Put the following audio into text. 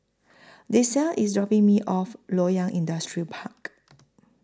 Dessa IS dropping Me off Loyang Industrial Park